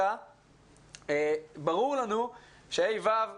ברור לנו שכיתות ה'-ו',